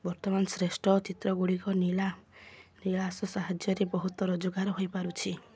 ବର୍ତ୍ତମାନ ଶ୍ରେଷ୍ଠ ଚିତ୍ର ଗୁଡ଼ିକ ନୀଲା ନିିହାସ ସାହାଯ୍ୟରେ ବହୁତ ରୋଜଗାର ହୋଇପାରୁଛି